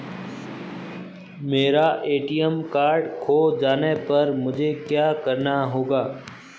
मेरा ATM card खो जाने पर मुझे क्या करना होगा?